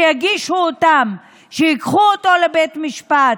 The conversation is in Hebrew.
שיגישו אותן, שייקחו אותו לבית משפט.